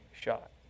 shot